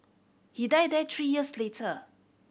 he died there three years later